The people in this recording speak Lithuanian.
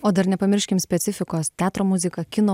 o dar nepamirškim specifikos teatro muzika kino